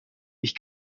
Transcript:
ich